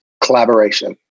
Collaboration